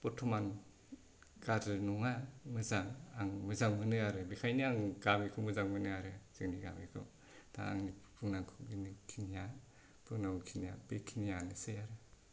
दा बरथमान गाज्रि नङा मोजां आं मोजां मोनो आरो बेखायनो आं गामिखौ मोजां मोनो आरो जोंनि गामिखौ दा आंनि बुंनांगौखिनिया बेखिनियानोसै आरो